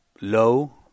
low